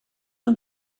und